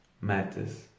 matters